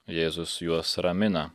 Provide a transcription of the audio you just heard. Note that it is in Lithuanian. jėzus juos ramina